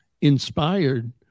inspired